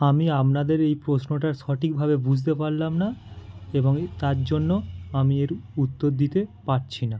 আমি আপনাদের এই প্রশ্নটা সঠিকভাবে বুঝতে পারলাম না এবংএ তার জন্য আমি এই উত্তর দিতে পারছি না